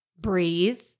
breathe